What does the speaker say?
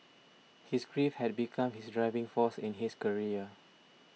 his grief had become his driving force in his career